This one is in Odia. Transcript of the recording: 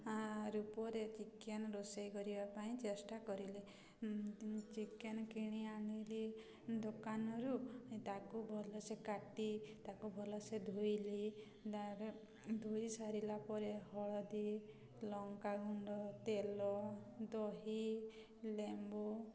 ରୂପରେ ଚିକେନ୍ ରୋଷେଇ କରିବା ପାଇଁ ଚେଷ୍ଟା କରିଲି ଚିକେନ୍ କିଣି ଆଣିଲି ଦୋକାନରୁ ତାକୁ ଭଲସେ କାଟି ତାକୁ ଭଲସେ ଧୋଇଲି ଧୋଇ ସାରିଲା ପରେ ହଳଦୀ ଲଙ୍କା ଗୁଣ୍ଡ ତେଲ ଦହି ଲେମ୍ବୁ